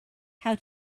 how